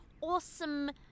awesome